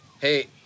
Hey